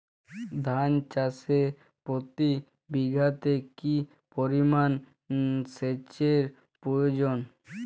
ধান চাষে প্রতি বিঘাতে কি পরিমান সেচের প্রয়োজন?